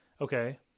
okay